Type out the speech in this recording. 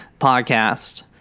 podcast